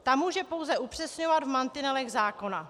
Ta může pouze upřesňovat mantinely zákona.